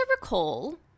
recall